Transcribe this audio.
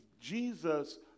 Jesus